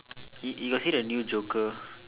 you you got see the new joker